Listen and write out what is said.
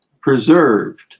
preserved